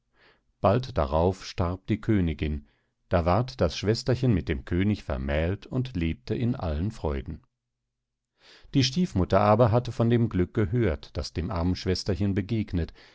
bald darauf starb die königin da ward das schwesterchen mit dem könig vermählt und lebte in allen freuden die stiefmutter aber hatte von dem glück gehört das dem armen schwesterchen begegnet